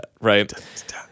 right